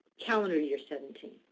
calendar year seventeen.